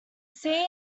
scene